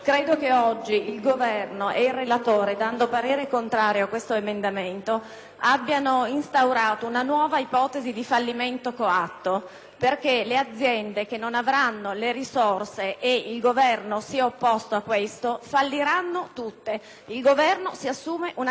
abbiano instaurato una nuova ipotesi di fallimento coatto, perché tutte le aziende che non avranno le risorse (il Governo si è opposto a questo) falliranno. Il Governo si assume una gravissima responsabilità.